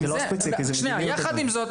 יחד עם זאת,